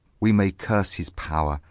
we may curse his power,